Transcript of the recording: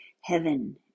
heaven